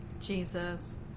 Jesus